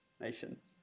nations